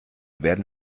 werden